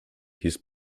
his